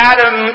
Adam